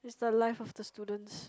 it's the life of the students